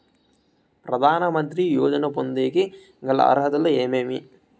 ప్రధాన మంత్రి యోజన పొందేకి గల అర్హతలు ఏమేమి?